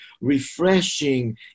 refreshing